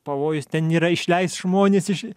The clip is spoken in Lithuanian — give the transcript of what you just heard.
pavojus ten yra išleist žmones iš